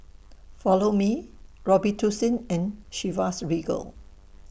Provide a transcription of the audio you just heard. Follow Me Robitussin and Chivas Regal